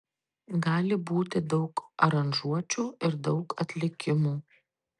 gali būti daug aranžuočių ir daug atlikimų